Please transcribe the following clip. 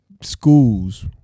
schools